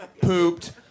pooped